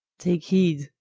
take heed,